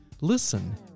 Listen